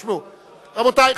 רבותי,